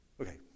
Okay